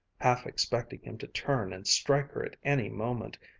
half expecting him to turn and strike her at any moment,